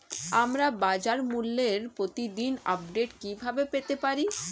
আমরা বাজারমূল্যের প্রতিদিন আপডেট কিভাবে পেতে পারি?